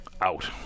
out